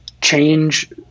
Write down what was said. change